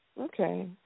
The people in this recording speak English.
Okay